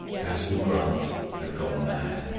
basil grant had gone mad.